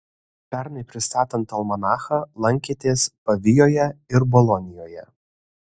pernai pristatant almanachą lankėtės pavijoje ir bolonijoje